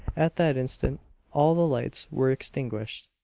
at that instant all the lights were extinguished.